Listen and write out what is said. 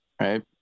right